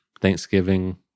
Thanksgiving